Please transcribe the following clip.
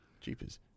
Jeepers